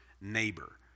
neighbor